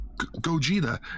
Gogeta